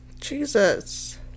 Jesus